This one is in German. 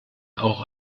auch